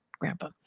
grandpa